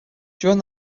during